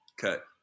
cut